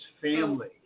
family